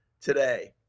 today